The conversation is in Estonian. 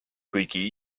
kuigi